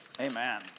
amen